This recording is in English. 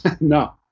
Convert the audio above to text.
No